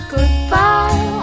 Goodbye